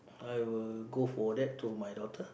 I will go for that to my daughter